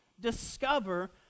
discover